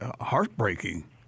Heartbreaking